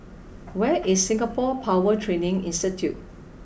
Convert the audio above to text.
where is Singapore Power Training Institute